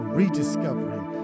rediscovering